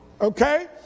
okay